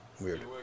Weird